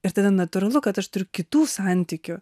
ir tada natūralu kad aš turiu kitų santykių